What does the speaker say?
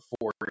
four